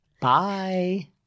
Bye